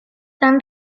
han